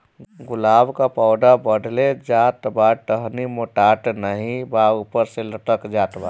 गुलाब क पौधा बढ़ले जात बा टहनी मोटात नाहीं बा ऊपर से लटक जात बा?